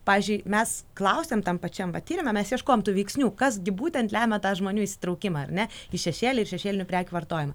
pavyzdžiui mes klausėm tam pačiam tyrime mes ieškojom tų veiksnių kas gi būtent lemia tą žmonių įsitraukimą ar ne į šešėlį ir šešėlinių prekių vartojimą